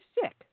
sick